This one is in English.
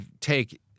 take